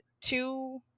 two